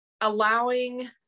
allowing